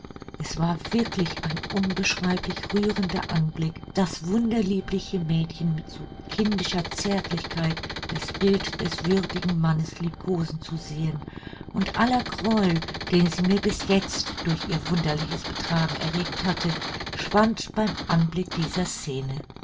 es war wirklich ein unbeschreiblich rührender anblick das wunderliebliche mädchen mit so kindischer zärtlichkeit das bild des würdigen mannes liebkosen zu sehen und aller groll den sie mir bis jetzt durch ihr wunderliches betragen erregt hatte schwand beim anblick dieser scene